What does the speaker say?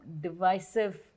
divisive